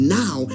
now